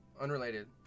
Unrelated